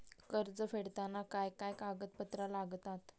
कर्ज फेडताना काय काय कागदपत्रा लागतात?